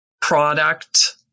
product